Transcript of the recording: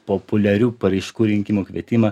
populiarių paraiškų rinkimo kvietimą